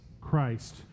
Christ